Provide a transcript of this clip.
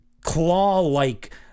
claw-like